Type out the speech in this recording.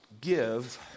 give